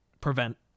prevent